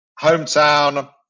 hometown